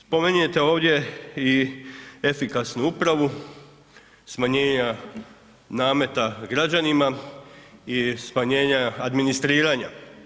Spominjete ovdje i efikasnu upravu, smanjenja nameta građanima i smanjenja administriranja.